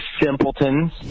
simpletons